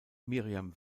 miriam